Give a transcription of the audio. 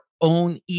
own